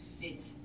fit